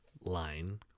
line